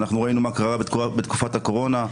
אנחנו ראינו מה קרה בתקופת הקורונה,